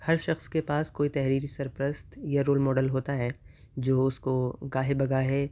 ہر شخص کے پاس کوئی تحریری سرپرست یا رول ماڈل ہوتا ہے جو اس کو گاہے بگاہے